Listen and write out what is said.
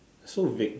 so vague